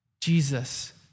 Jesus